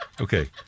Okay